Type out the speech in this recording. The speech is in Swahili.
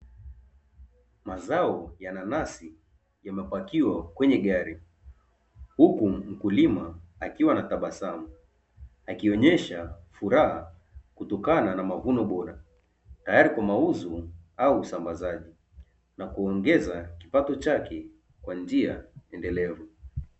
Mazao ya nanasi yamepakiwa kwenye gari huku mkulima akiwa anatabasamu, akionyesha furaha kutokana na mavuno bora tayari kwa mauzo au usambazaji na kuongeza kipato chake kwa njia endelevu.